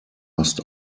must